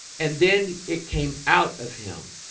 and then it came out of him